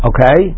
Okay